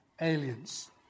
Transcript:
aliens